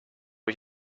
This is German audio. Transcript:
ich